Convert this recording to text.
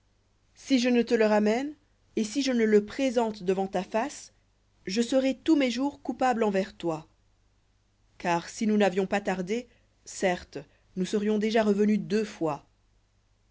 si je ne te le ramène et si je ne le présente devant ta face je serai tous mes jours coupable envers toi car si nous n'avions pas tardé certes nous serions déjà revenus deux fois